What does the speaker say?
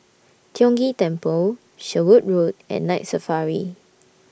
Tiong Ghee Temple Sherwood Road and Night Safari